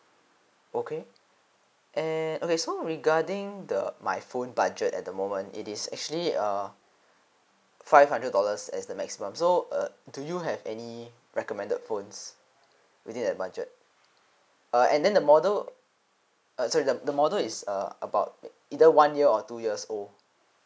okay and okay so regarding the my phone budget at the moment it is actually err five hundred dollars as the maximum so uh do you have any recommended phones within that budget uh and then the model uh sorry the the model is about err about either one year or two years old